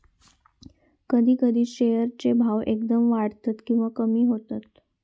कधी कधी शेअर चे भाव एकदम वाढतत किंवा कमी होतत